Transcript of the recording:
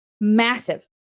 massive